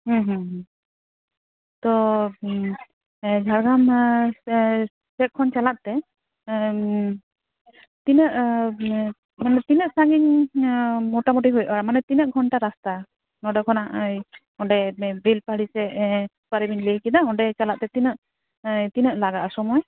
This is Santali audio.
ᱦᱩᱸ ᱦᱩᱸ ᱦᱩᱸ ᱛᱚ ᱡᱷᱟᱲᱜᱨᱟᱢ ᱥᱮᱫ ᱠᱷᱚᱱ ᱪᱟᱞᱟᱜ ᱛᱮ ᱛᱤᱱᱟᱹᱜ ᱢᱟᱱᱮ ᱛᱤᱱᱟᱹᱜ ᱥᱟᱺᱜᱤᱧ ᱢᱚᱴᱟᱢᱩᱴᱤ ᱦᱩᱭᱩᱜᱼᱟ ᱢᱟᱱᱮ ᱛᱤᱱᱟᱹᱜ ᱜᱷᱚᱱᱴᱟ ᱨᱟᱥᱛᱟ ᱱᱚᱰᱮ ᱠᱷᱚᱱᱟᱜ ᱚᱸᱰᱮ ᱵᱮᱞᱯᱟᱦᱟᱲᱤ ᱥᱮ ᱚᱠᱟᱨᱮᱵᱤᱱ ᱞᱟᱹᱭ ᱠᱮᱫᱟ ᱚᱸᱰᱮ ᱪᱟᱞᱟᱜ ᱛᱮ ᱛᱤᱱᱟᱹᱜ ᱛᱤᱱᱟᱹᱜ ᱞᱟᱜᱟᱜᱼᱟ ᱥᱚᱢᱚᱭ